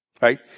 right